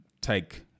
take